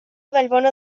vallbona